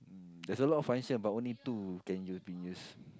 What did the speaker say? mm there's a lot of function but only two can use be used